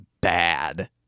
bad